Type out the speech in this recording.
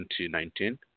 2019